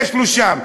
יש לו שם,